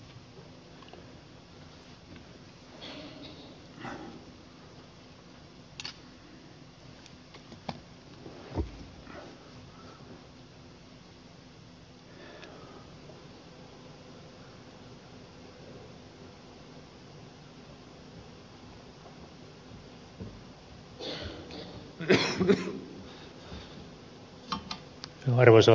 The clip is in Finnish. arvoisa puhemies